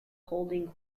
holding